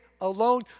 alone